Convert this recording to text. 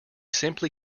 simply